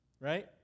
right